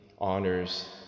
honors